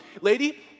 Lady